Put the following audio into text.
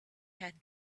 had